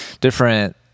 different